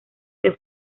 que